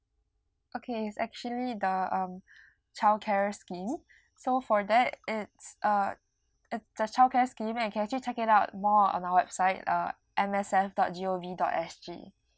okay it's actually the um childcare scheme so for that it's uh it the childcare scheme you can actually check it out more on our website uh M S F dot G O V dot S G